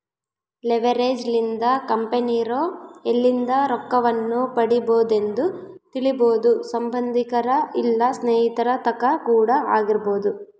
leverage ಲಿಂದ ಕಂಪೆನಿರೊ ಎಲ್ಲಿಂದ ರೊಕ್ಕವನ್ನು ಪಡಿಬೊದೆಂದು ತಿಳಿಬೊದು ಸಂಬಂದಿಕರ ಇಲ್ಲ ಸ್ನೇಹಿತರ ತಕ ಕೂಡ ಆಗಿರಬೊದು